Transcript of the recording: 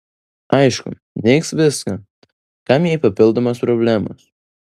aišku neigs viską kam jai papildomos problemos